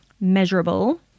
measurable